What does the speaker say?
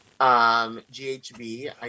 GHB